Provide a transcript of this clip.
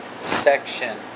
section